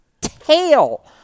tail